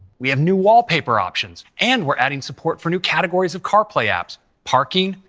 we have new wallpaper options and we're adding support for new categories of carplay apps. parking,